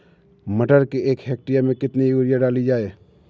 मटर के एक हेक्टेयर में कितनी यूरिया डाली जाए?